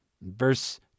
Verse